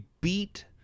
beat